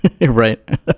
right